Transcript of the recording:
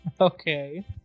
Okay